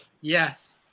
yes